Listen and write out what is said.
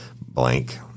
Blank